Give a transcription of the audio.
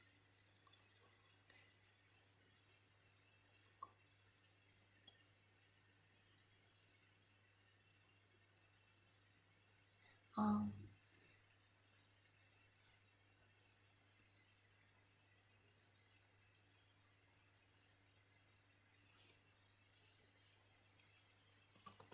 oh